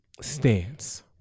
stance